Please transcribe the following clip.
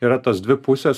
yra tos dvi pusės